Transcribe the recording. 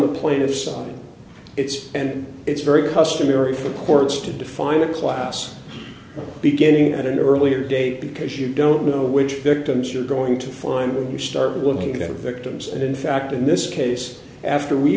so it's and it's very customary for the courts to define a class beginning at an earlier date because you don't know which victims you're going to find when you start looking at victims and in fact in this case after we